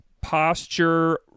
posture